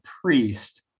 priest